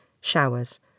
Showers